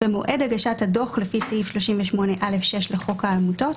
במועד הגשת הדוח לפי סעיף 38(א)(6) לחוק העמותות